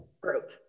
group